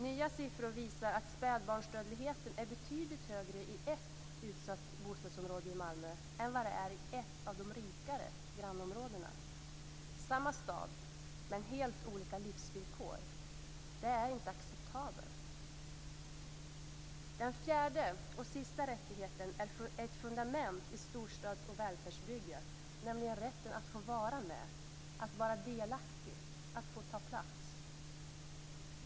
Nya siffror visar att spädbarnsdödligheten är betydligt högre i ett utsatt bostadsområde i Malmö än vad den är i ett av de rikare grannområdena - samma stad men helt olika livsvillkor. Det är inte acceptabelt. Den fjärde och sista rättigheten är ett fundament i storstads och välfärdsbygget, nämligen rätten att få vara med, att vara delaktig, att få ta plats.